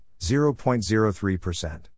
0.03%